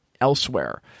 elsewhere